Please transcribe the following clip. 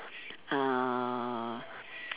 uh